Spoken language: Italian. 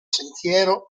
sentiero